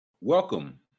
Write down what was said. Welcome